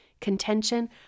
contention